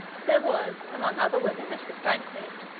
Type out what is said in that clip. there was, among other women at this banquet,